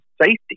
safety